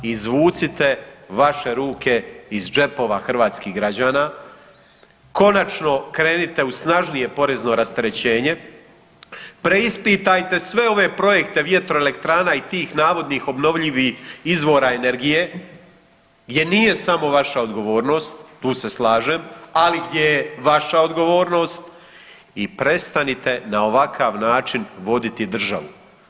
Izvucite vaše ruke iz džepova hrvatskih građana, konačno krenite u snažnije porezno rasterećenje, preispitajte sve ove projekte vjetroelektrana i tih navodnih obnovljivih izvora energije jer nije samo vaša odgovornost, tu se slažem, ali gdje je vaša odgovornost i prestanite na ovakav način voditi državu.